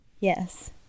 Yes